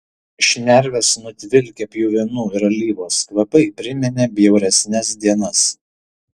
šnerves nutvilkę pjuvenų ir alyvos kvapai priminė bjauresnes dienas